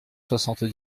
soixante